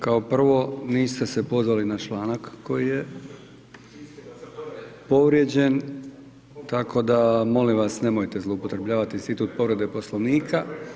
Kao prvo, niste se pozvali na članak koji je povrijeđen tako da molim vas, nemojte zloupotrjebljavati institut povrede Poslovnika.